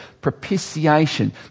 propitiation